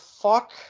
fuck